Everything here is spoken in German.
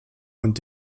und